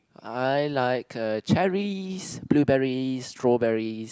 I like uh cherries blueberries strawberries